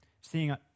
seeing